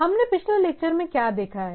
हमने पिछले लेक्चर में क्या देखा है